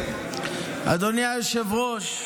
אדוני היושב-ראש,